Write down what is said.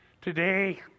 Today